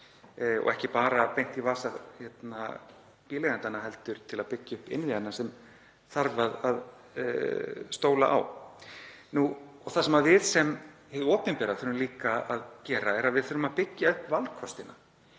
og ekki bara beint í vasa bíleigendanna heldur til að byggja upp innviðina sem þarf að stóla á. Það sem við, sem hið opinbera, þurfum líka að gera er að við þurfum að byggja upp valkostina.